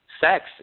sex